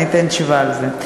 אני אתן תשובה על זה.